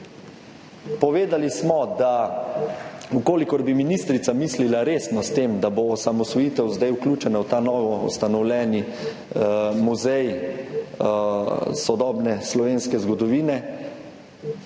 Povedali smo, da če bi ministrica mislila resno s tem, da bo osamosvojitev zdaj vključena v ta novoustanovljeni muzej sodobne slovenske zgodovine,